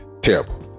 terrible